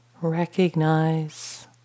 recognize